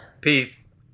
Peace